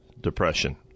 depression